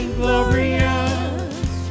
glorious